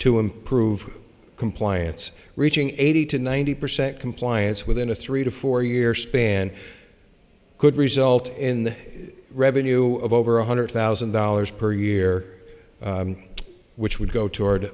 to improve compliance reaching eighty to ninety percent compliance within a three to four year span could result in the revenue of over one hundred thousand dollars per year which would go toward